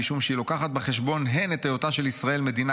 משום שהיא לוקחת בחשבון הן את היותה של ישראל מדינה